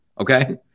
okay